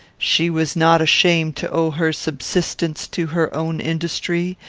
she was not ashamed to owe her subsistence to her own industry,